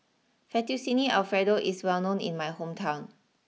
Fettuccine Alfredo is well known in my hometown